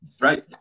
Right